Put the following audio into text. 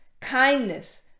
kindness